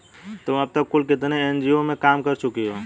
तुम अब तक कुल कितने एन.जी.ओ में काम कर चुकी हो?